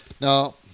Now